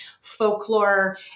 folklore